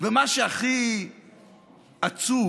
ומה שהכי עצוב,